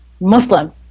Muslim